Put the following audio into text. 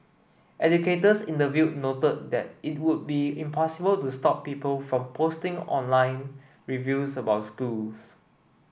educators interviewed noted that it would be impossible to stop people from posting online reviews about schools